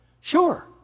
Sure